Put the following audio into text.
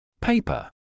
Paper